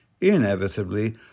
inevitably